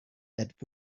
that